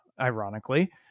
ironically